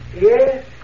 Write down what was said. Yes